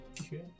Okay